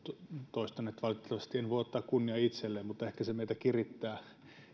toistan että valitettavasti en voi ottaa kunniaa itselleni mutta ehkä se meitä kirittää